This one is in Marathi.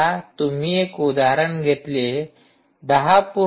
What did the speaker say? समजा तुम्ही एक उदाहरण घेतले १०